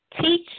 Teach